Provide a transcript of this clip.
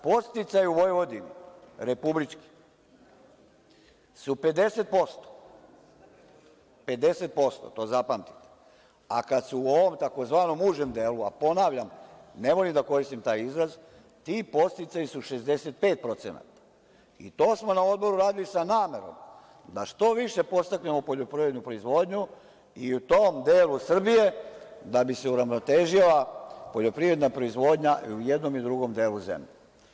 Podsticaji u Vojvodini, republički, su 50%, to zapamtite, a kad su u ovom tzv. „užem delu“, a ponavljam, ne volim da koristim taj izraz, ti podsticaji su 65% i to smo na Odboru radili sa namerom da što više podstaknemo poljoprivrednu proizvodnju i u tom delu Srbije da bi se uravnotežila poljoprivredna proizvodnja i u jednom i u drugom delu zemlje.